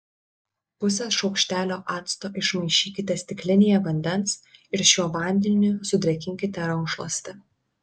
pusę šaukštelio acto išmaišykite stiklinėje vandens ir šiuo vandeniu sudrėkinkite rankšluostį